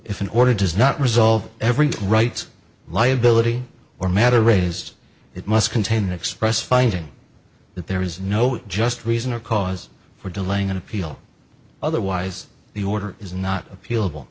if an order does not result every rights liability or matter raised it must contain an express finding that there is no just reason or cause for delaying an appeal otherwise the order is not appealable